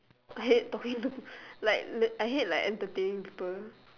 I hate talking to like I hate like entertaining people